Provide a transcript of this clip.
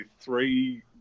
three